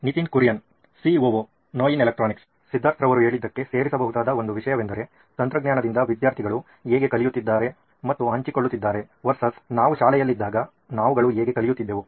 Nitin Kurian C O O Knoin electronics Kurian COO Knoin Electronics Siddharth ರವರು ಹೇಳಿದ್ದಕ್ಕೆ ಸೇರಿಸಬಹುದಾದ ಒಂದು ವಿಷಯವೆಂದರೆ ತಂತ್ರಜ್ಞಾನದಿಂದ ವಿದ್ಯಾರ್ಥಿಗಳು ಹೇಗೆ ಕಲಿಯುತ್ತಿದ್ದಾರೆ ಮತ್ತು ಹಂಚಿಕೊಳ್ಳುತ್ತಿದ್ದಾರೆ vs ನಾವು ಶಾಲೆಯಲ್ಲಿದ್ದಾಗ ನಾವುಗಳು ಹೇಗೆ ಕಲಿಯುತ್ತಿದ್ದೆವು